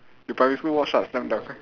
you primary school watch what slam dunk